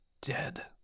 dead